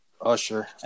Usher